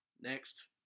Next